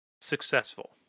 successful